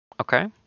Okay